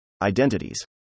Identities